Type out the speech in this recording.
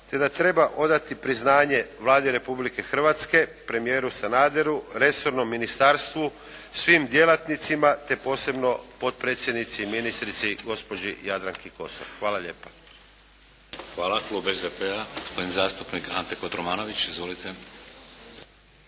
te da treba odati priznanje Vladi Republike Hrvatske, premijeru Sanaderu, resornom Ministarstvu, svim djelatnicima te posebno potpredsjednici i ministrici gospođi Jadranki Kosor. Hvala lijepa. **Šeks, Vladimir (HDZ)** Hvala. Klub SDP-a gospodin zastupnik Ante Kotromanović. Izvolite.